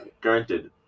Granted